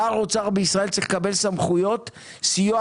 שר אוצר בישראל צריך לקבל סמכויות לסיוע